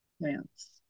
Plants